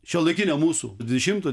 šiuolaikiniam mūsų dvidešimto